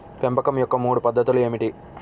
పెంపకం యొక్క మూడు పద్ధతులు ఏమిటీ?